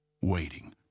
waiting